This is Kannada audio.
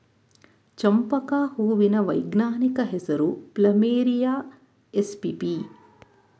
ಚಂಪಕ ಹೂವಿನ ವೈಜ್ಞಾನಿಕ ಹೆಸರು ಪ್ಲಮೇರಿಯ ಎಸ್ಪಿಪಿ